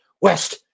West